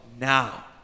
now